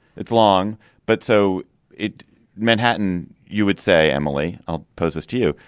it's long but so it manhattan you would say. emily. oh pose this to you.